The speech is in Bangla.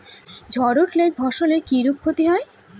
ঝড় উঠলে ফসলের কিরূপ ক্ষতি হয়?